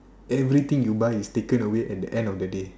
everything you buy is taken away at the end of the day